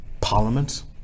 Parliament